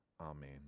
Amen